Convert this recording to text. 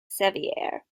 sevier